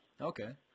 Okay